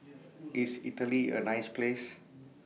IS Italy A nice Place